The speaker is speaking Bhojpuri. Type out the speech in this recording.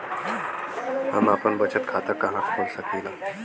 हम आपन बचत खाता कहा खोल सकीला?